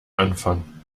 anfang